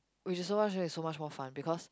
which is its so much more fun because